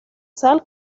sal